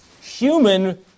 human